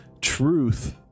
truth